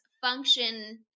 function